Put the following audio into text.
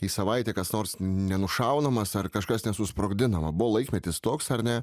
į savaitę kas nors nenušaunamas ar kažkas nesusprogdinama buvo laikmetis toks ar ne